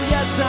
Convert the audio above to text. Yes